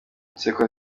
inseko